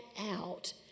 out